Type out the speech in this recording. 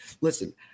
Listen